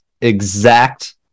exact